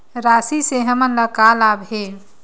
राशि से हमन ला का लाभ हे?